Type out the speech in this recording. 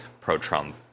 pro-Trump